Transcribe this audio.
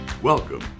Welcome